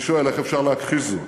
אני שואל: איך אפשר להכחיש זאת?